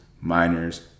miners